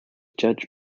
judge